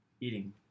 eating